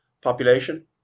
population